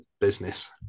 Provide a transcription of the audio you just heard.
business